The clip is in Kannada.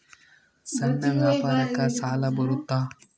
ಸಣ್ಣ ವ್ಯಾಪಾರಕ್ಕ ಸಾಲ ಬರುತ್ತಾ?